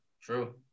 True